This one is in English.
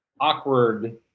awkward